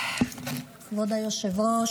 כבוד היושב-ראש,